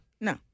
No